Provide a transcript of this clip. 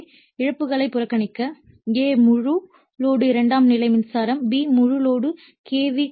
எனவே இழப்புகளை புறக்கணி a முழு லோடு இரண்டாம் நிலை மின்சாரம் bமுழு லோடு கே